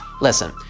listen